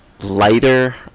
lighter